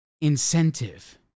incentive